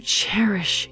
cherish